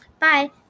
Bye